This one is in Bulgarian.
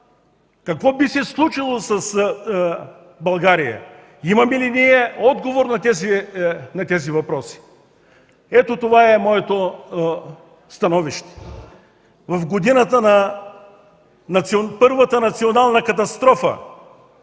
Какво би се случило с България? Имаме ли отговори на тези въпроси? Ето това е моето становище. В годината на първата национална катастрофа